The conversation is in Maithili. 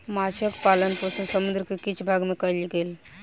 माँछक पालन पोषण समुद्र के किछ भाग में कयल गेल